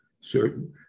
certain